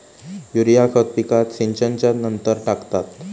urea खत पिकात सिंचनच्या नंतर टाकतात